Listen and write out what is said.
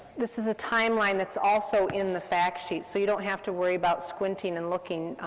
this is a timeline that's also in the fact sheet, so you don't have to worry about squinting and looking,